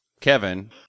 Kevin